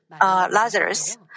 Lazarus